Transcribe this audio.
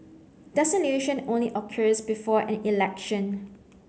dissolution only occurs before an election